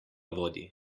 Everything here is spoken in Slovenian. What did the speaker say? vodi